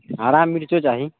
हरा मिर्चो चाही